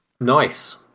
Nice